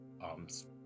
arms